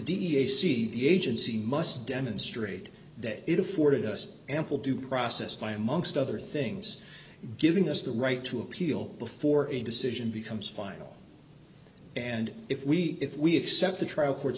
c the agency must demonstrate that it afforded us ample due process by amongst other things giving us the right to appeal before a decision becomes final and if we if we accept the trial court's